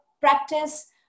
practice